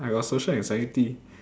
I got social anxiety